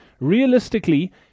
realistically